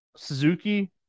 Suzuki